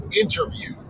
interview